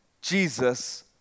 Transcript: Jesus